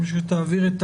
שתעביר את